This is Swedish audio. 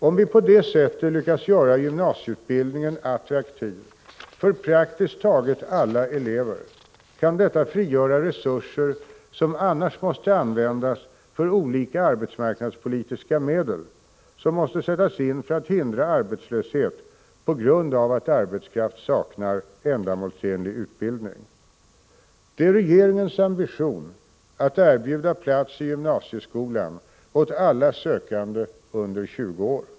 Om vi på det sättet lyckas göra gymnasieutbildningen attraktiv för praktiskt taget alla elever, kan detta frigöra resurser som annars måste användas för olika arbetsmarknadspolitiska åtgärder som måste sättas in för att hindra arbetslöshet på grund av att arbetskraft saknar ändamålsenlig utbildning. Det är regeringens ambition att erbjuda plats i gymnasieskolan åt alla sökande under 20 år.